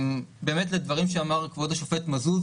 לדברים שאמר כבוד השופט מזוז.